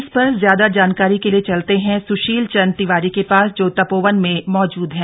इस पर ज्यादा जानकारी के लिए चलते हैं सुशील चंद्र तिवारी के पास जो तपोवन में मौजूद है